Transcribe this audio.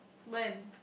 when